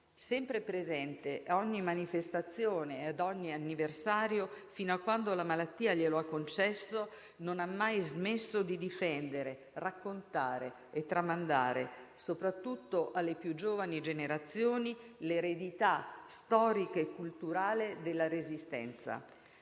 Sempre presente a ogni manifestazione ed ad ogni anniversario, fino a quando la malattia glielo ha concesso, non ha mai smesso di difendere, raccontare e tramandare, soprattutto alle più giovani generazioni, l'eredità storica e culturale della Resistenza.